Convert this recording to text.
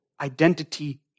identity